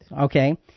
Okay